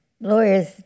Lawyers